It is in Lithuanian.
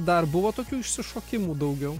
dar buvo tokių išsišokimų daugiau